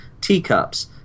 Teacups